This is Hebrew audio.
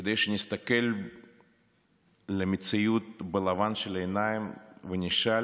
כדי שנסתכל למציאות בלבן של העיניים ונשאל